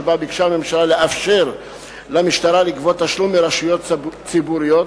שבה הממשלה וביקשה לאפשר למשטרה לגבות תשלום מרשויות ציבוריות